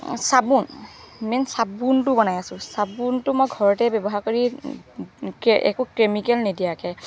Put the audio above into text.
চাবোন মেইন চাবোনটো বনাই আছোঁ চাবোনটো মই ঘৰতে ব্যৱহাৰ কৰি একো কেমিকেল নিদিয়াকৈ